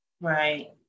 Right